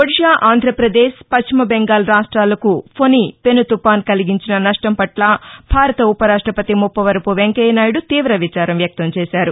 ఒడిషా ఆంధ్రప్రదేశ్ పశ్చిమ బెంగాల్ రాష్ట్రాలకు ఫొని పెను తుఫాన్ కలిగించిన నష్టం పట్ల భారత ఉప రాష్టపతి ముప్పవరపు వెంకయ్య నాయుడు తీవ విచారం వ్యక్తం చేశారు